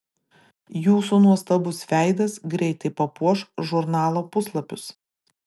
jūsų nuostabus veidas greitai papuoš žurnalo puslapius